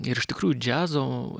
ir iš tikrųjų džiazo